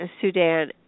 Sudan